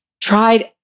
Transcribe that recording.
tried